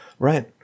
right